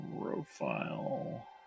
Profile